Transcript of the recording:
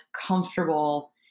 comfortable